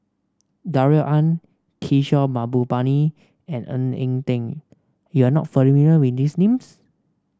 Darrell Ang Kishore Mahbubani and Ng Eng Teng you are not familiar with these names